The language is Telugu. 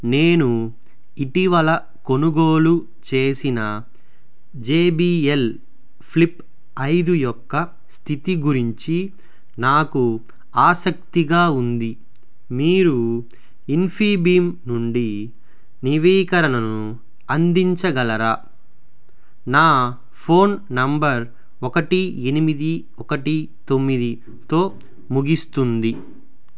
నేను ఇటీవల కొనుగోలు చేసిన జే బీ ఎల్ ఫ్లిప్ ఐదు యొక్క స్థితి గురించి నాకు ఆసక్తిగా ఉంది మీరు ఇన్ఫీబీమ్ నుండి నవీకరణను అందించగలరా నా ఫోన్ నెంబర్ ఒకటి ఎనిమిది ఒకటి తొమ్మిదితో ముగిస్తుంది